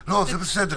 מסטטיקה.